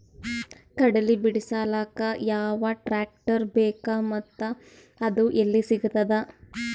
ಕಡಲಿ ಬಿಡಿಸಲಕ ಯಾವ ಟ್ರಾಕ್ಟರ್ ಬೇಕ ಮತ್ತ ಅದು ಯಲ್ಲಿ ಸಿಗತದ?